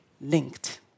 linked